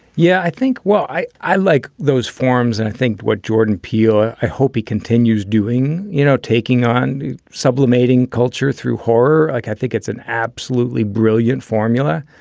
yeah, i think well, i i like those forms. and i think what jordan peele, i i hope he continues doing, you know, taking on sublimating culture through horror. like i think it's an absolutely brilliant formula.